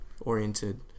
oriented